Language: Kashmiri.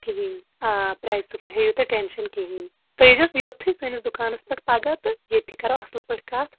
کِہیٖنٛۍ آ پرٛیزُک مٔہ ہیٚیو تُہۍ ٹ۪نشَن کِہیٖنٛۍ تُہۍ ییٖزیٚو یوٚتھٕے سٲنِس دُکانَس پٮٹھ پگاہ تہٕ ییٚتٕتھٕے کَرو اَصٕل پٲٹھۍ کَتھ